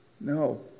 No